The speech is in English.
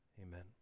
amen